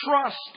trust